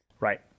Right